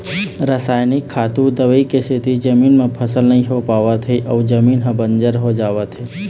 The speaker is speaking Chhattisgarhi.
रसइनिक खातू, दवई के सेती जमीन म फसल नइ हो पावत हे अउ जमीन ह बंजर हो जावत हे